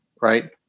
right